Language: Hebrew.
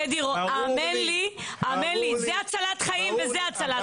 האמן לי, זה הצלת חיים וזה הצלת חיים.